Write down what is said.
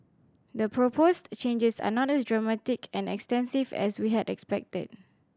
the proposed changes are not as dramatic and extensive as we had expected